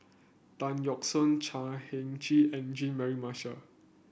Tan Yeok Seong Chan Heng Chee and Jean Mary Marshall